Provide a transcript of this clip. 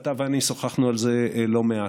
אתה ואני שוחחנו על זה לא מעט.